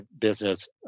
business